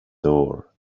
door